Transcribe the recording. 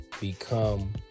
become